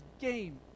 game